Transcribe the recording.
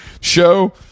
Show